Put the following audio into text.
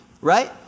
right